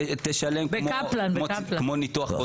תשלם כמו ניתוח ---.